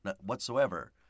whatsoever